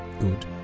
good